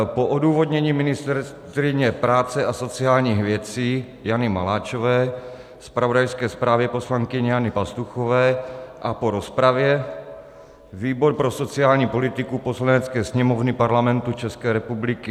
Po odůvodnění ministryně práce a sociálních věcí Jany Maláčové, zpravodajské zprávě poslankyně Jany Pastuchové a po rozpravě výbor pro sociální politiku Poslanecké sněmovny Parlamentu České republiky